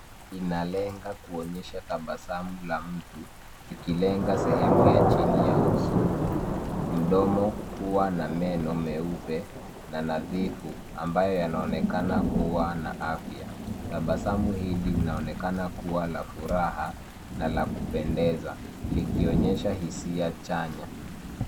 Inalenga kuonyesha tabasamu la mtu ikilenga sehemu ya chini ya uso. Mdomo, pua na meno meupe na nadhifu ambayo yanaonekana kuwa na afya. Tabasamu hili linaonekana kuwa la furaha na la kupendeza likionyesha hisia chanya.